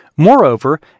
Moreover